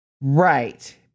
Right